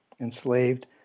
enslaved